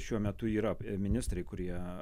šiuo metu yra ministrai kurie